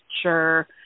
sure